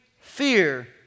fear